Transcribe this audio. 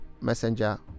messenger